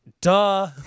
duh